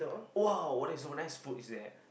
!wow! what is so nice food is that